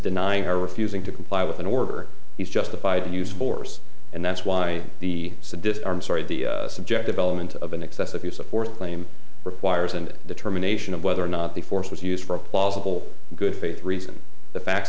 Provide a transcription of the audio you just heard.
denying her refusing to comply with an order he's justified in using force and that's why the sadistic i'm sorry the subjective element of an excessive use of forth claim requires an determination of whether or not the force was used for a plausible good faith reason the facts